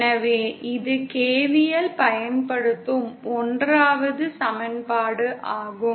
எனவே இது KVL பயன்படுத்தும் 1 வது சமன்பாடு ஆகும்